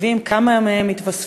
כמה מהם יתווספו,